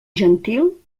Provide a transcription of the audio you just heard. gentil